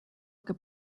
que